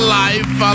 life